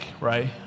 right